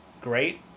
Great